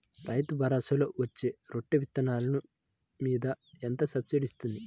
రైతు భరోసాలో పచ్చి రొట్టె విత్తనాలు మీద ఎంత సబ్సిడీ ఇస్తుంది?